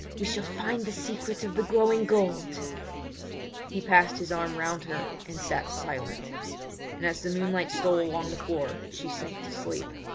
we shall find the secret of the growing gold he passed his arm round her and sat silent and as the moonlight stole along the floor she sank to sleep.